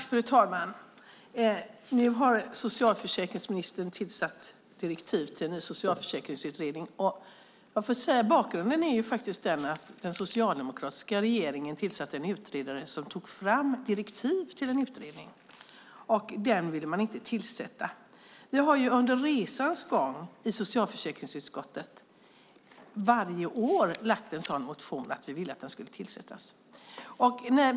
Fru talman! Nu har socialförsäkringsministern tagit fram direktiv till en ny socialförsäkringsutredning. Bakgrunden är faktiskt den att den socialdemokratiska regeringen tillsatte en utredare som tog fram direktiv till en utredning, och den ville man inte tillsätta. Under resans gång har vi varje år väckt en motion i socialförsäkringsutskottet om att den ska tillsättas.